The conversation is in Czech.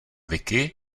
wiki